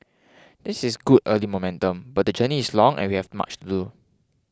this is good early momentum but the journey is long and we have much to do